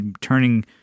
turning